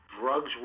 drugs